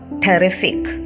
terrific